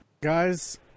guys